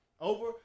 Over